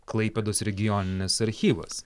klaipėdos regioninis archyvas